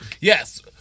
yes